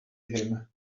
him